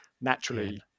Naturally